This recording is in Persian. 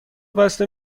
بسته